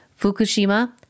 Fukushima